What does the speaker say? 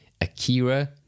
Akira